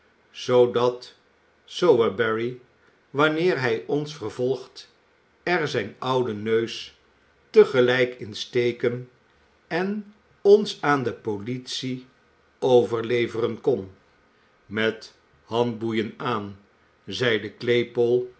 zoodat sowerberry wanneer hij ons vervolgt er zijn ouden neus te gelijk in steken en ons aan de politie overleveren kon met handboeien aan zeide claypole op